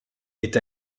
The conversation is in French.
est